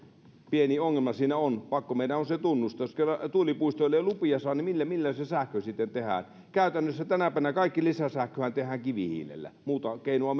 pieni ongelma siinä on pakko meidän on se tunnustaa jos kerran tuulipuistoille ei lupia saa niin millä se sähkö sitten tehdään käytännössä tänä päivänä kaikki lisäsähköhän tehdään kivihiilellä muuta keinoa